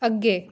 ਅੱਗੇ